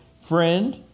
Friend